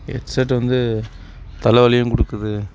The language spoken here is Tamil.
ஹெட் செட் வந்து தலைவலியும் கொடுக்குது